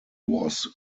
was